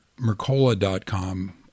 Mercola.com